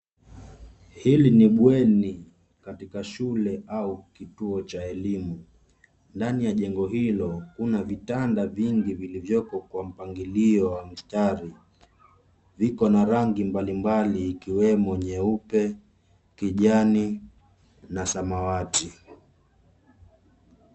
Hili ni bweni katika shule au kituo cha elimu. Ndani ya jengo hilo kuna vitanda vingi vilivyoko kwa mpangilio wa mstari. Viko na rangi mbalimbali ikiwemo nyeupe, kijani na samawati.